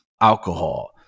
alcohol